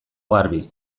garbi